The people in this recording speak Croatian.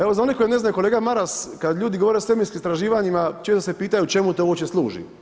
Evo za one koji ne znaju, kolega Maras kada ljudi govore o svemirskim istraživanjima većinom se pitaju čemu to uopće služi.